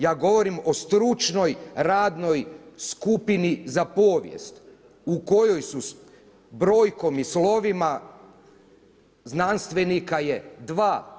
Ja govorim o stručnoj radnoj skupini za povijest u kojoj su brojkom i slovima znanstvenika je dva.